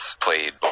played